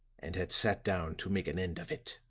and had sat down to make an end of it.